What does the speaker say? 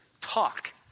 Talk